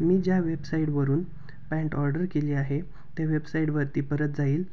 मी ज्या वेबसाईटवरून pant order केली आहे त्या वेबसाईटवरती परत जाईल